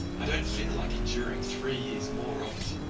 i don't feel like enduring three years more of it.